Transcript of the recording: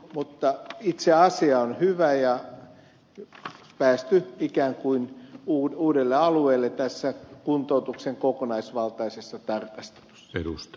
mutta itse asia on hyvä on päästy ikään kuin uudelle alueelle tässä kuntoutuksen kokonaisvaltaisessa tarkastelussa